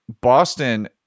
Boston